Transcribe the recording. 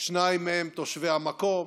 שניים מהם תושבי המקום,